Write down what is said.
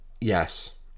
yes